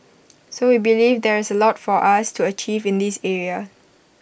so we believe there is A lot for us to achieve in this area